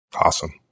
Awesome